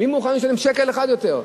מי מוכן לשלם שקל אחד יותר?